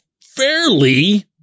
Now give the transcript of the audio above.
fairly